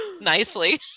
nicely